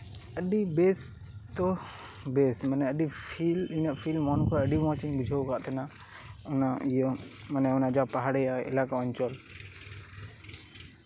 ᱟᱹᱰᱤ ᱵᱮᱥ ᱛᱚ ᱵᱮᱥ ᱛᱚ ᱤᱧᱟᱹᱜ ᱢᱚᱱ ᱠᱷᱚᱡ ᱯᱷᱤᱞ ᱟᱹᱰᱤ ᱢᱚᱸᱡ ᱤᱧ ᱵᱩᱡᱷᱟᱹᱣ ᱟᱠᱟᱫ ᱛᱟᱦᱮᱸᱱᱟ ᱚᱱᱟ ᱤᱭᱟᱹ ᱢᱟᱱᱮ ᱚᱱᱟ ᱡᱟᱦᱟᱸ ᱯᱟᱦᱟᱲᱤ ᱮᱞᱟᱠᱟ ᱚᱧᱪᱚᱞ